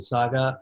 Saga